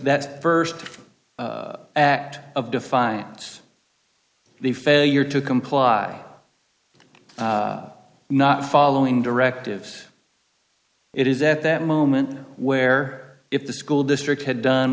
that first act of defiance the failure to comply not following directives it is at that moment where if the school district had done